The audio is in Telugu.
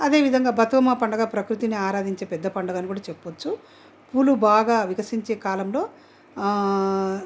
అదే విధంగా బతుకమ్మ పండుగ ప్రకృతిని అరాధించే పెద్ద పండుగ అని కూడా చెప్పొచ్చు పూలు బాగా వికసించే కాలంలో